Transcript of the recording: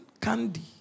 candy